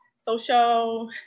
social